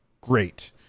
great